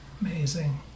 Amazing